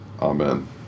Amen